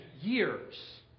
years